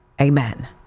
Amen